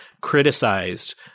criticized